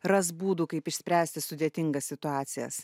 ras būdų kaip išspręsti sudėtingas situacijas